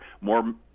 More